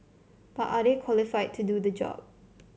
but are they qualified to do the job